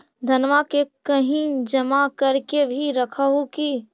धनमा के कहिं जमा कर के भी रख हू की?